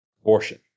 abortion